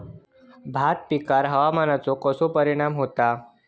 भात पिकांर हवामानाचो कसो परिणाम होता?